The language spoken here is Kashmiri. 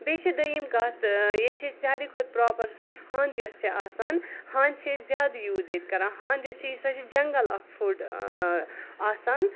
بیٚیہِ چھِ دوٚیِم کَتھ ییٚتہِ چھِ أسۍ ساروٕے کھۄتہٕ پراپر سۄ ہند یۄس چھِ آسان ہند چھِ أسۍ زیادٕ یوٗز ییٚتہِ کران ہند یۄس چھِ سۄ چھِ جنگل اکھ فوٚڈ آسان